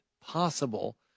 possible